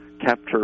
capture